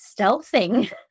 stealthing